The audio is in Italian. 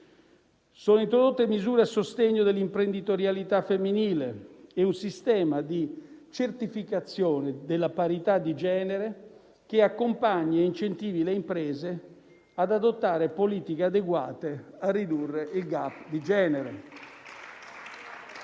Sono introdotte misure a sostegno dell'imprenditorialità femminile e un sistema di certificazione della parità di genere, che accompagni e incentivi le imprese ad adottare politiche adeguate a ridurre il *gap* di genere.